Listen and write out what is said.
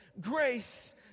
grace